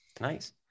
nice